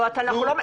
לא אנחנו לא.